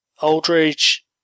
Aldridge